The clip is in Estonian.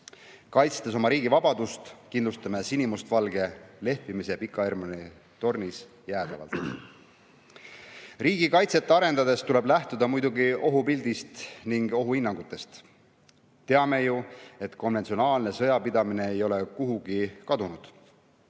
Kaitstes oma riigi vabadust, kindlustame sinimustvalge lehvimise Pika Hermanni tornis jäädavalt. Riigikaitset arendades tuleb lähtuda muidugi ohupildist ja ohuhinnangutest. Teame ju, et konventsionaalne sõjapidamine ei ole kuhugi kadunud.